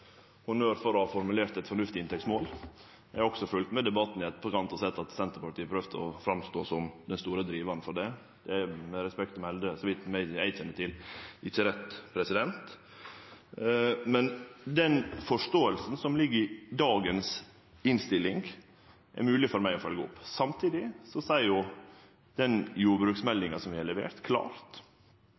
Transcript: Folkeparti honnør for å ha formulert eit fornuftig inntektsmål. Eg har også følgt med i debatten i etterkant og sett at Senterpartiet har prøvd å framstå som den store drivaren for det. Det er med respekt å melde så vidt eg kjenner til ikkje rett. Men den forståinga som ligg i dagens innstilling, er mogleg for meg å følgje opp. Samtidig seier jo den jordbruksmeldinga som vi har levert, klart